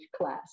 class